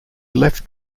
left